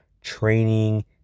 training